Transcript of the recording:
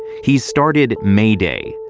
he's started mayday,